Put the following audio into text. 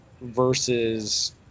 versus